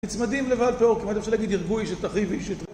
נצמדים לבעל פעור, כמעט אפשר להגיד, הרגו איש את אחי ואיש את רעהו.